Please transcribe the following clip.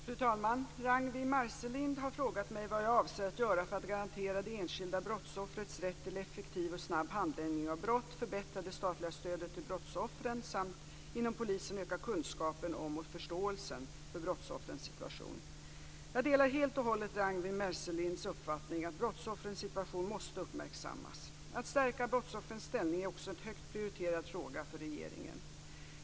Fru talman! Ragnwi Marcelind har frågat mig vad jag avser att göra för att garantera det enskilda brottsoffrets rätt till effektiv och snabb handläggning av brott, förbättra det statliga stödet till brottsoffren samt inom polisen öka kunskapen om och förståelsen för brottsoffrens situation. Jag delar helt och hållet Ragnwi Marcelinds uppfattning att brottsoffrens situation måste uppmärksammas. Att stärka brottsoffrens ställning är också en högt prioriterad fråga för regeringen.